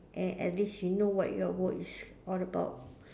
and at least you know what your work is all about